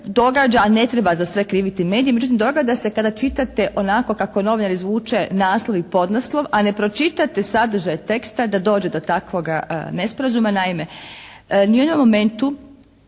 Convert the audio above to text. događa a ne treba za sve kriviti medije. Međutim događa se kada čitate onako kako novinar izvuće naslov i podnaslov a ne pročitate sadržaj teksta da dođe do takvoga nesporazuma.